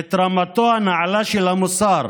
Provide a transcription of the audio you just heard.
את רמתו הנעלה של המוסר